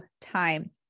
time